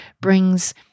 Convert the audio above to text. brings